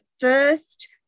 first